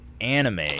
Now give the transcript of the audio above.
anime